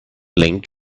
linked